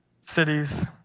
cities